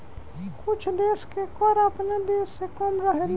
कुछ देश के कर आपना देश से कम रहेला